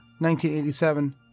1987